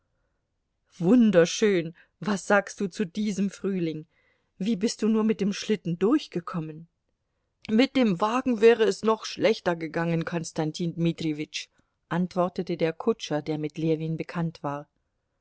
wunderschön was sagst du zu diesem frühling wie bist du nur mit dem schlitten durchgekommen mit dem wagen wäre es noch schlechter gegangen konstantin dmitrijewitsch antwortete der kutscher der mit ljewin bekannt war